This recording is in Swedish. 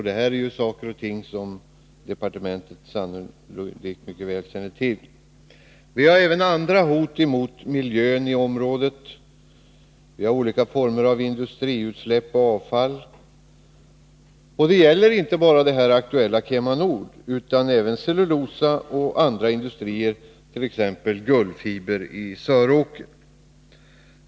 Det här är saker och ting som departementet sannolikt mycket väl känner till. Det finns även andra hot mot miljön i området. Vi har olika former av industriutsläpp och avfall. Det gäller inte bara det här aktuella företaget KemaNord utan även cellulosaindustrier och andra industrier, t.ex. Gullfiber i Söråker.